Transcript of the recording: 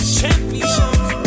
champions